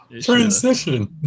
Transition